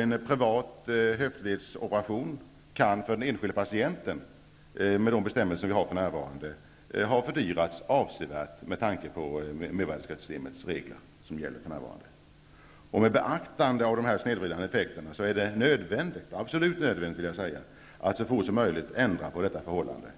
En privat höftledsoperation kan för den enskilde patienten med tanke på de nuvarande mervärdesskattereglerna ha fördyrats avsevärt. Med beaktande av dessa snedvridande effekter är det absolut nödvändigt att så fort som det är möjligt ändra på detta förhållande.